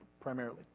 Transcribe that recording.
primarily